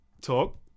Talk